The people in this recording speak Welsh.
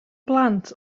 blant